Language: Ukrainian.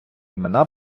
імена